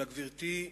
גברתי,